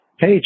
Hey